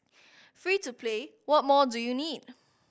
free to play what more do you need